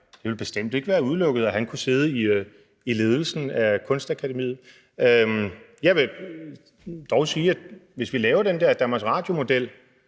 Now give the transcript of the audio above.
det ville bestemt ikke være udelukket, at han kunne sidde i ledelsen på Kunstakademiet. Jeg vil dog sige, at hvis vi lavede den der Danmarks Radio-model,